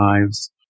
lives